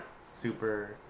super